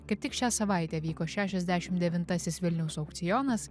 kaip tik šią savaitę vyko šešiasdešim devintasis vilniaus aukcionas